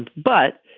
but,